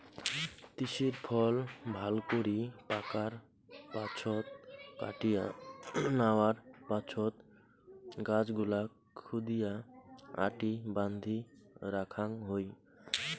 তিসির ফল ভালকরি পাকার পাছত কাটিয়া ন্যাওয়ার পাছত গছগুলাক ক্ষুদিরী আটি বান্ধি রাখাং হই